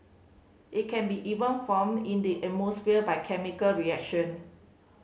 it can be even formed in the by chemical reaction